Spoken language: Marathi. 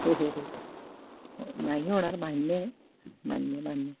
हो हो हो नाही होणार मान्य आहे मान्य मान्य